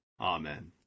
amen